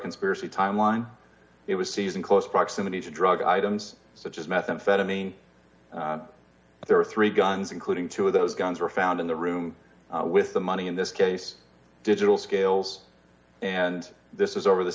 conspiracy timeline it was seized in close proximity to drug items such as methamphetamine there were three guns including two of those guns were found in the room with the money in this case digital scales and this is over the